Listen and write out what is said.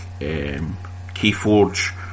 Keyforge